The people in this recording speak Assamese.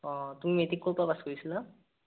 অঁ তুমি মেট্ৰিক ক'ৰ পৰা পাছ কৰিছিলা